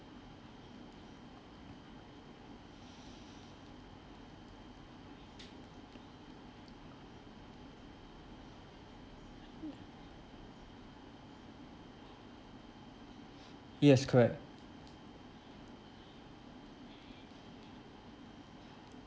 yes correct